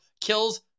Kills